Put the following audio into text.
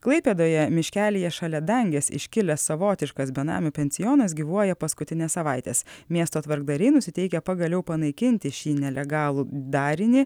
klaipėdoje miškelyje šalia dangės iškilęs savotiškas benamių pensionas gyvuoja paskutines savaites miesto tvarkdariai nusiteikę pagaliau panaikinti šį nelegalų darinį